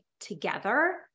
together